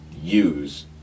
use